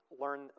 learn